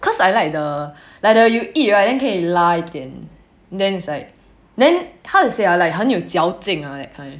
cause I like the like the you eat right then like 可以拉一点 then it's like then how to say ah like 很有嚼劲 ah that kind